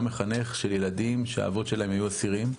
מחנך של ילדים שהאבות שלהם היו אסירים.